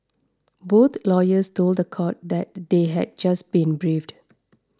both lawyers told the court that they had just been briefed